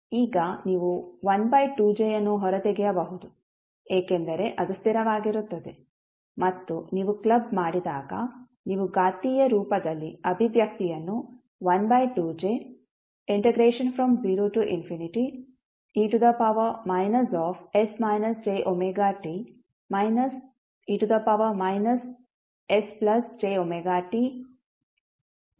ಈಗ ನೀವು 12jಅನ್ನು ಹೊರತೆಗೆಯಬಹುದು ಏಕೆಂದರೆ ಅದು ಸ್ಥಿರವಾಗಿರುತ್ತದೆ ಮತ್ತು ನೀವು ಕ್ಲಬ್ ಮಾಡಿದಾಗ ನೀವು ಘಾತೀಯ ರೂಪದಲ್ಲಿ ಅಭಿವ್ಯಕ್ತಿಯನ್ನು 12j0e s jwt e sjwtdt ಎಂದು ಪಡೆಯುತ್ತೀರಿ